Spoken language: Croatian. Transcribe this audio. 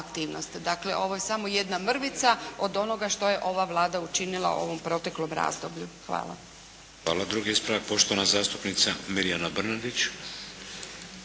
Dakle ovo je samo jedna mrvica od onoga što je ova Vlada učinila u ovom proteklom razdoblju. Hvala. **Šeks, Vladimir (HDZ)** Hvala. Drugi ispravak, poštovana zastupnica Mirjana Brnadić.